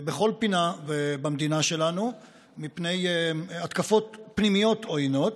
בכל פינה במדינה שלנו מפני התקפות פנימיות עוינות,